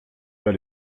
pas